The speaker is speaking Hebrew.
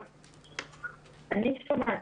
שאמרת,